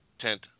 tent